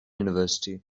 university